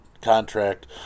Contract